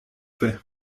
fait